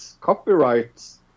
copyrights